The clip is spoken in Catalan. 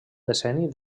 decenni